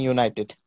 United